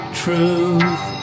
truth